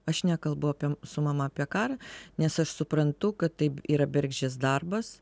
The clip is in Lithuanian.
aš nekalbu apie su mama apie karą nes aš suprantu kad tai yra bergždžias darbas